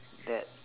that